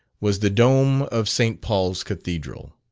was the dome of st. paul's cathedral.